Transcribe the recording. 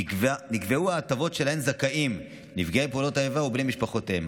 נקבעו ההטבות שלהן זכאים נפגעי פעולות האיבה ובני משפחותיהם.